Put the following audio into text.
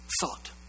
thought